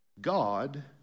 God